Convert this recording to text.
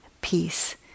peace